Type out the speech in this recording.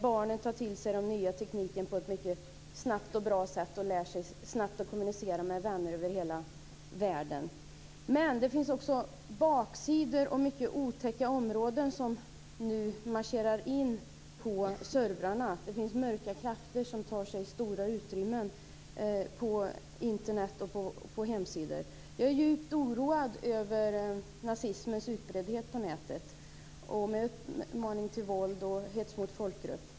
Barnen tar snabbt till sig den nya tekniken och lär sig snabbt att kommunicera med vänner över hela världen. Det finns också baksidor och mycket otäcka områden som nu marscherar in på servrarna. Det finns mörka krafter som tar sig stora utrymmen på Internet och på hemsidor. Jag är djupt oroad över nazismens utbredning på nätet med uppmaning till våld och hets mot folkgrupp.